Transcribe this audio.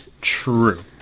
true